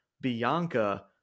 Bianca –